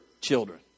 children